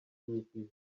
goofy